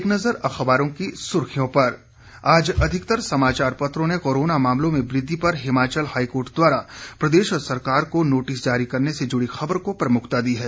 एक नज़र अखबारों की सुर्खियों पर आज अधिकतर समाचार पत्रों ने कोरोना मामलों में वृद्वि पर हिमाचल हाईकोर्ट द्वारा प्रदेश सरकार को नोटिस जारी करने से जुड़ी खबर को प्रमुखता दी है